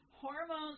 Hormones